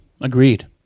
Agreed